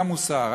גם מוסר,